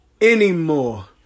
anymore